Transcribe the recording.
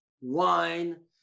wine